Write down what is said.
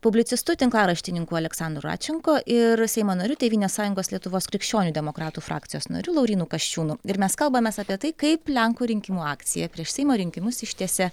publicistu tinklaraštininku aleksandru radčeko ir seimo nariu tėvynės sąjungos lietuvos krikščionių demokratų frakcijos nariu laurynu kasčiūnu ir mes kalbamės apie tai kaip lenkų rinkimų akcija prieš seimo rinkimus ištiesė